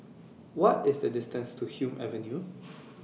What IS The distances to Hume Avenue